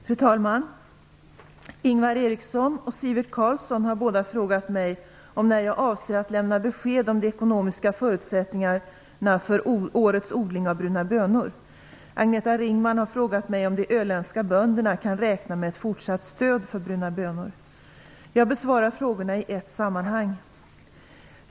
Fru talman! Ingvar Eriksson och Sivert Carlsson har båda frågat mig om när jag avser att lämna besked om de ekonomiska förutsättningarna för årets odling av bruna bönor. Agneta Ringman har frågat mig om de öländska bönderna kan räkna med ett fortsatt stöd för bruna bönor. Jag besvarar frågorna i ett sammanhang.